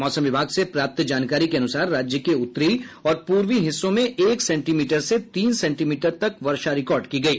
मौसम विभाग से प्राप्त जानकारी के अनुसार राज्य के उत्तरी और पूर्वी हिस्सों में एक सेंटीमीटर से तीन सेंटीमीटर तक वर्षा रिकार्ड की गयी